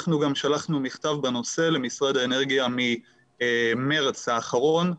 אנחנו גם שלחנו מכתב בנושא למשרד האנרגיה ממרץ האחרון,